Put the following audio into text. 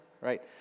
right